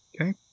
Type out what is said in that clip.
Okay